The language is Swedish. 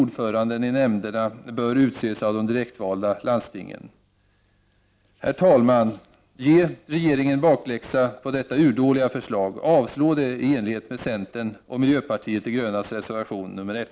ordföranden i nämnderna bör utses av de direktvalda landstingen. Ge regeringen bakläxa på detta urdåliga förslag! Avslå det, i enlighet med centerns och miljöpartiet de grönas reservation 1.